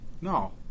No